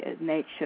nature